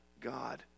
God